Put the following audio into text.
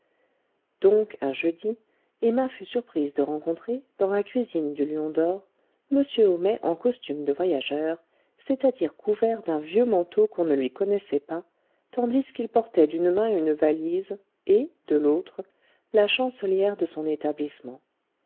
donc un jeudi emma fut surprise de rencontrer dans la cuisine du lion d'or m homais en costume de voyageur c'est-à-dire couvert d'un vieux manteau qu'on ne lui connaissait pas tandis qu'il portait d'une main une valise et de l'autre la chancelière de son établissement